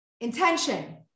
Intention